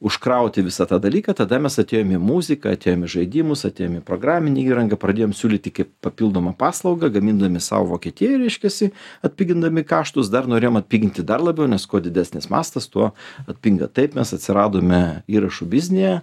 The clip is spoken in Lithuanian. užkrauti visą tą dalyką tada mes atėjom į muziką atėjom į žaidimus atėjom įprograminę įrangą pradėjom siūlyti kaip papildomą paslaugą gamindami sau vokietijoj reiškiasi atpigindami kaštus dar norėjom atpiginti dar labiau nes kuo didesnis mastas tuo atpinga taip mes atsiradome įrašų biznyje